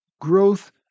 growth